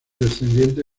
descendiente